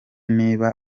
niba